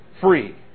free